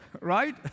right